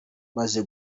maze